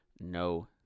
no